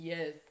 Yes